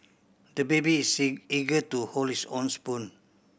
the baby is eager to hold his own spoon